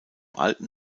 alten